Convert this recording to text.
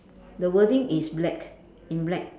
the wording is black in black